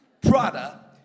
Prada